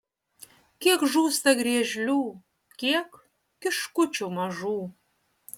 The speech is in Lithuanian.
kiek žūsta griežlių kiek kiškučių mažų